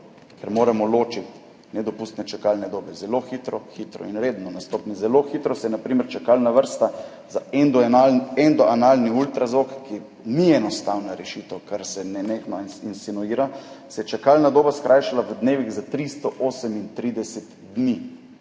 ker moramo ločiti nedopustne čakalne dobe, zelo hitro, hitro in redno – na stopnji zelo hitro se je na primer čakalna vrsta za endoanalni ultrazvok, ki ni enostavna rešitev, kar se nenehno insinuira, čakalna doba se je skrajšala v dnevih za 338 dni,